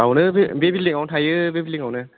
बावनो बे बे बिल्दिं आवनो थायो बे बिल्दिंआवनो